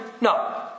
No